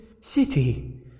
city